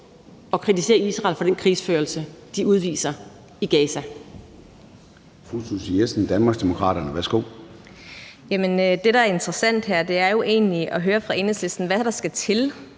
at kritisere Israel for den form for krigsførelse, de udfører i Gaza.